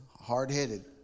hard-headed